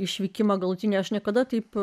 išvykimą galutinio aš niekada taip